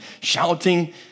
shouting